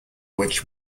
which